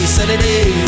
Saturday